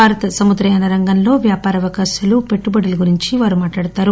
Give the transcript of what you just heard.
భారత సముద్రయాన రంగంలో వ్యాపార అవకాశాలు పెట్టుబడుల గురించి వారు మాట్లాడతారు